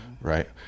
Right